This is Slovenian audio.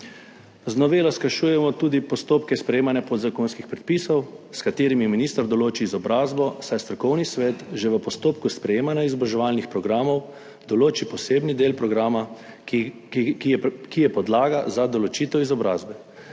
Z novelo skrajšujemo tudi postopke sprejemanja podzakonskih predpisov, s katerimi minister določi izobrazbo, saj strokovni svet že v postopku sprejemanja izobraževalnih programov določi posebni del programa, ki je podlaga za določitev izobrazbe.